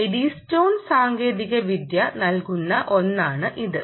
അതിനാൽ എഡ്ഡിസ്റ്റോൺ സാങ്കേതികവിദ്യ നൽകുന്ന ഒന്നാണ് ഇത്